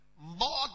More